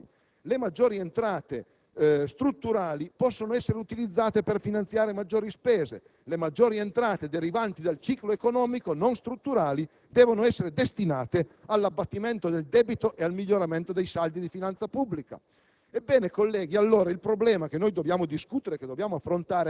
La nostra posizione, illustrata dal relatore Ripamonti, prevedeva che le maggiori entrate strutturali potessero essere utilizzate per finanziare maggiori spese, mentre le maggiori entrate derivanti dal ciclo economico non strutturali dovessero essere destinate all'abbattimento del debito e al miglioramento dei saldi di finanza pubblica.